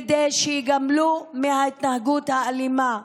כדי שייגמלו מההתנהגות האלימה.